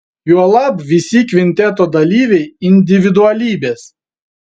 juolab visi kvinteto dalyviai individualybės